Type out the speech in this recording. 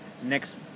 next